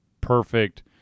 perfect